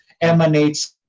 emanates